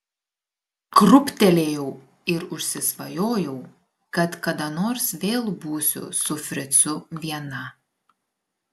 krūptelėjau ir užsisvajojau kad kada nors vėl būsiu su fricu viena